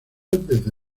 desde